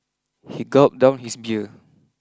he gulped down his beer